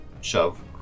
shove